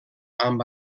amb